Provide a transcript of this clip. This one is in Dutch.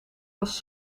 was